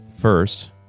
First